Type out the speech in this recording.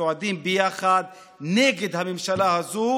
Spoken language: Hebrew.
צועדים ביחד נגד הממשלה הזאת,